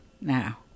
Now